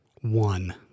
one